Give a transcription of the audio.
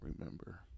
remember